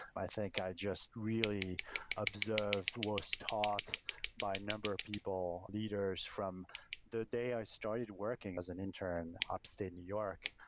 i think i just really observed, was taught by a number people, leaders from the day i started working as an intern upstate new york.